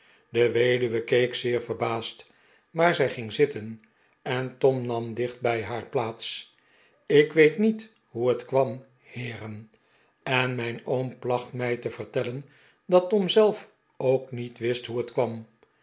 de weduwe keek zeer verbaasd maar zij ging zitten en tom nam dicht bij haar plaats ik weet niet hoe het kwam heeren en mijn oom placht mij te vertellen dat tom zelf ook niet wist hoe het kwam